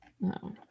no